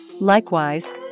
Likewise